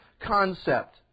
concept